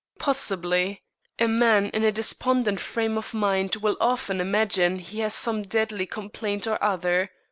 possibly a man in a despondent frame of mind will often imagine he has some deadly complaint or other.